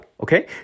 Okay